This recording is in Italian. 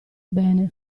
bene